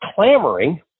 clamoring